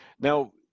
Now